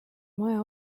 maja